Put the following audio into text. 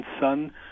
Son